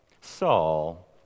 Saul